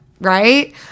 right